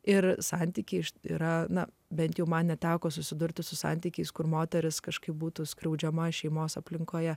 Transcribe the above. ir santykiai yra na bent jau man neteko susidurti su santykiais kur moteris kažkaip būtų skriaudžiama šeimos aplinkoje